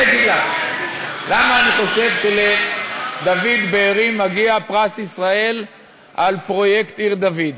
אני אגיד לך למה אני חושב שלדוד בארי מגיע פרס ישראל על פרויקט עיר-דוד,